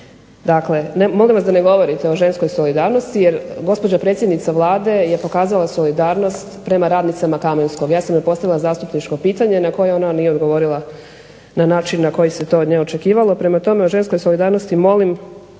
Dakle, molim da ne govorite o ženskoj solidarnosti jer gospođa predsjednica Vlade je pokazala solidarnost prema radnicama Kamenskog. Ja sam joj postavila zastupničko pitanje na koje ona nije odgovorila na način na koji se to od nje očekivalo. Prema tome, o ženskoj solidarnosti molim